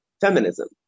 feminism